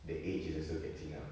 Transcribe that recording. the age is also catching up